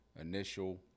initial